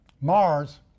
Mars